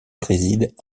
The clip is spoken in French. préside